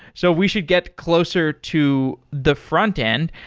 so we should get closer to the frontend.